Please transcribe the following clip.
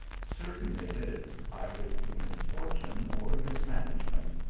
certain it is, either through misfortune or misman agement,